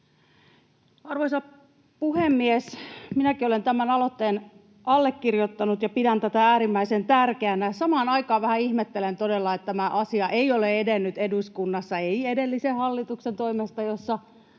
Arvoisa puhemies! Minäkin olen tämän aloitteen allekirjoittanut. Pidän tätä äärimmäisen tärkeänä ja samaan aikaan vähän ihmettelen todella, että tämä asia ei ole edennyt eduskunnassa, ei edellisen hallituksen toimesta, jossa